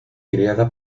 creada